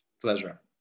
Pleasure